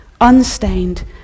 unstained